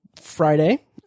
friday